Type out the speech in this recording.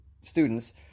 students